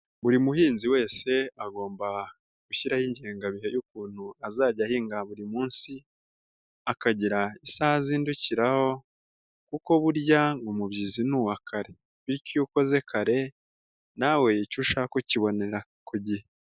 Buri muhinzi wese agomba gushyiraho ingengabihe y'ukuntu azajya ahinga buri munsi, akagira isaha azindukiraho kuko burya ngo umubyizi ni uwa kare bityo iyo ukoze kare nawe icyo ushaka ukibonera ku gihe.